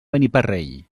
beniparrell